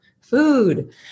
Food